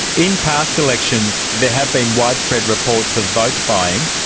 in past elections there have been widespread reports of vote buying.